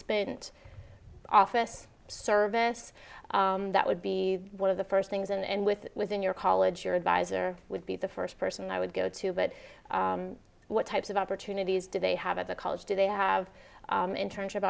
ment office service that would be one of the first things and with within your college your advisor would be the first person i would go to but what types of opportunities do they have at the college do they have internship